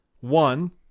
One